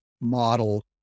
model